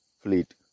fleet